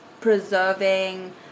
preserving